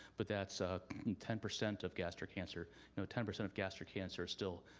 but that's ah and ten percent of gastric cancer no ten percent of gastric cancer still,